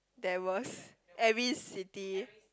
there was every city